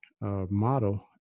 model